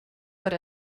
per